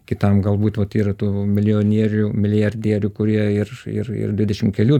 kitam galbūt vat yra tų milijonierių milijardierių kurie ir ir ir dvidešim kelių